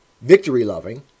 victory-loving